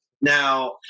now